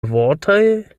vortoj